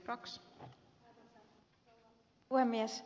arvoisa rouva puhemies